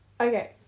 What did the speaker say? Okay